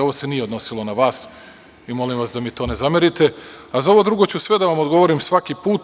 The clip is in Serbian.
Ovo se nije odnosilo na vas i molim vas da mi to ne zamerite, a za ovo drugo ću sve da vam odgovorim svaki put.